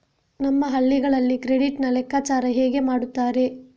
ನಮ್ಮ ಹಳ್ಳಿಗಳಲ್ಲಿ ಕ್ರೆಡಿಟ್ ನ ಲೆಕ್ಕಾಚಾರ ಹೇಗೆ ಮಾಡುತ್ತಾರೆ?